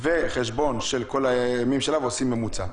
וחשבון של כל הימים שלה ועושים ממוצע?